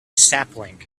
sapling